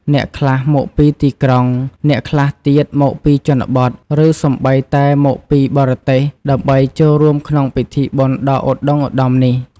អ្នកខ្លះមកពីទីក្រុង អ្នកខ្លះទៀតមកពីជនបទ ឬសូម្បីតែមកពីបរទេស ដើម្បីចូលរួមក្នុងពិធីបុណ្យដ៏ឧត្ដុង្គឧត្ដមនេះ។